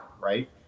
Right